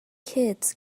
kids